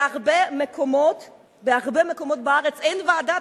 בהרבה מקומות בארץ אין ועדת